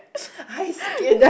ice skin